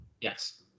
Yes